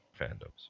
fandoms